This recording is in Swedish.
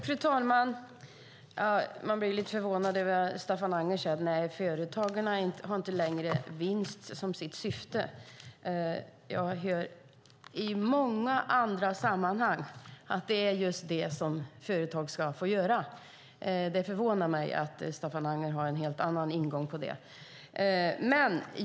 Fru talman! Man blir lite förvånad när Staffan Anger säger att företagen inte längre har vinst som sitt syfte. Jag hör i många andra sammanhang att det är just vinst som företag ska få göra. Det förvånar mig att Staffan Anger har en helt annan ingång på det.